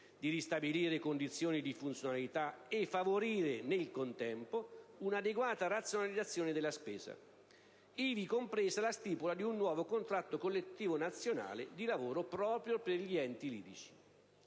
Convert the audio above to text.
di ristabilire le condizioni di funzionalità e favorire, nel contempo, un'adeguata razionalizzazione della spesa, ivi compresa la stipula di un nuovo contratto collettivo nazionale di lavoro proprio per gli enti lirici.